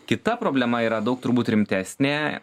kita problema yra daug turbūt rimtesnė